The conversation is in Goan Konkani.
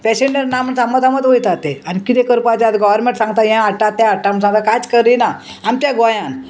पेशेंजर ना म्हण थाम थामत वयता ते आनी कितें करपा जाय गोवोरमेंट सांगता हें हाडटा तें हाडटा म्हणून सांगता कांयच करिना आमच्या गोंयान